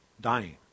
dying